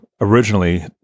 originally